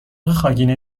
خاگینه